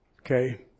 Okay